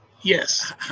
Yes